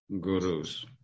Gurus